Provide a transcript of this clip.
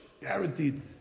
Guaranteed